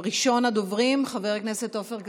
ראשון הדוברים, חבר הכנסת עופר כסיף,